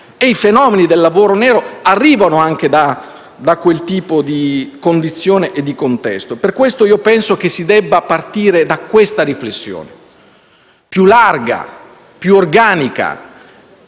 e i fenomeni del lavoro nero arrivano anche da quel tipo di condizione e di contesto. Per questo penso che si debba partire da questa riflessione più larga e organica,